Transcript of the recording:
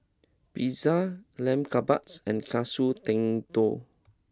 Pizza Lamb Kebabs and Katsu Tendon